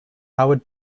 howard